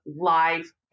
live